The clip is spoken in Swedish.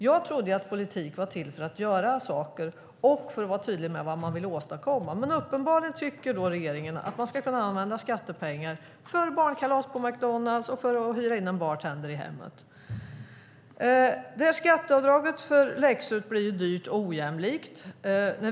Jag trodde att politik var till för att göra saker och för att vara tydlig med vad man vill åstadkomma. Men uppenbarligen tycker regeringen att man ska kunna använda skattepengar för barnkalas på McDonalds och för att hyra in en bartender i hemmet. Skatteavdraget för läxor blir dyrt och ojämlikt.